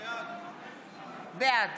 בעד